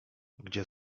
gdzie